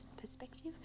perspective